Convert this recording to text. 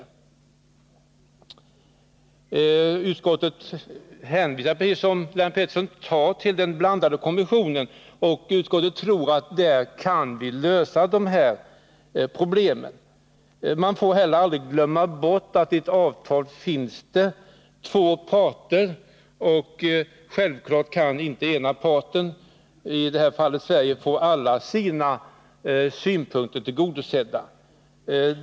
Utskottet hänvisar till den blandade kommissionen och tror att vi kan lösa dessa problem där. Man får heller aldrig glömma bort att det finns två parter kring ett avtal. Självklart kan inte den ena parten, Sverige, få alla sina synpunkter tillgodosedda.